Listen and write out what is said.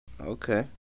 Okay